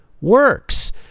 works